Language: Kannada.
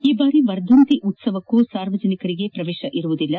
ಈ ಬಾರಿ ವರ್ಧಂತಿ ಉತ್ಸವಕ್ಕೂ ಸಾರ್ವಜನಿಕ ಪ್ರವೇಶ ಇರುವುದಿಲ್ಲ